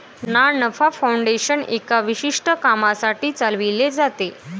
ना नफा फाउंडेशन एका विशिष्ट कामासाठी चालविले जाते